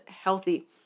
healthy